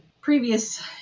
previous